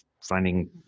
finding